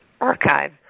archive